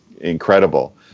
incredible